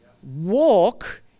Walk